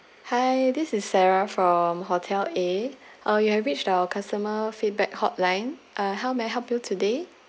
hi this is sarah from hotel A uh you have reached our customer feedback hotline uh how may I help you today